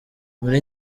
muri